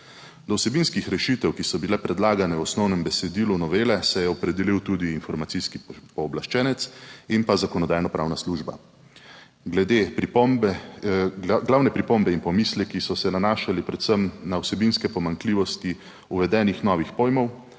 Do vsebinskih rešitev, ki so bile predlagane v osnovnem besedilu novele, se je opredelil tudi informacijski pooblaščenec in pa Zakonodajno-pravna služba. Glede pripombe, glavne pripombe in pomisleki so se nanašali predvsem na vsebinske pomanjkljivosti uvedenih novih pojmov,